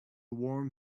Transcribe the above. warm